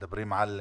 מדברים על שנתיים,